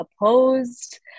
opposed